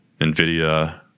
Nvidia